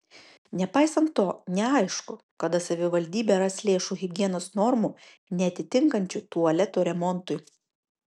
nepaisant to neaišku kada savivaldybė ras lėšų higienos normų neatitinkančių tualetų remontui